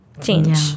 change